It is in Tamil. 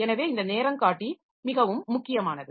எனவே இந்த நேரங்காட்டி மிகவும் முக்கியமானது